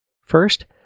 First